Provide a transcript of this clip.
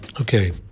Okay